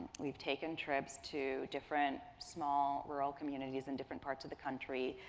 we've taken trips to different small rural communities in different parts of the country.